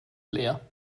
leer